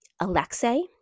Alexei